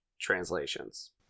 translations